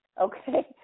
okay